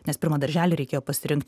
nes pirmą darželį reikėjo pasirinkt